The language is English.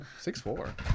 six-four